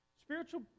Spiritual